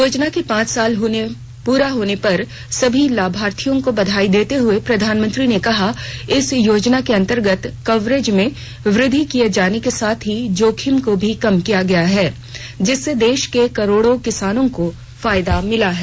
योजना के पांच साल पूरे होने पर सभी लाभार्थियों को बधाई देते हए प्रधानमंत्री ने कहा कि इस योजना के अन्तर्गत कवरेज में वृद्धि किए जाने के साथ ही जोखिम को कम किया गया है जिससे देश के करोड़ों किसानों को फायदा मिला है